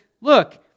look